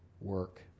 work